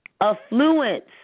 affluence